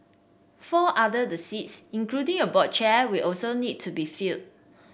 four other the seats including a board chair will also need to be filled